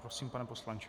Prosím, pane poslanče.